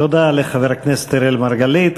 תודה לחבר הכנסת אראל מרגלית.